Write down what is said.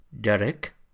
Derek